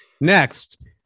Next